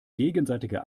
gegenseitige